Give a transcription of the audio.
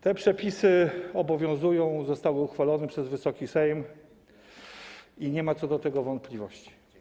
Te przepisy obowiązują, zostały uchwalone przez Wysoki Sejm i nie ma co do tego wątpliwości.